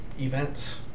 events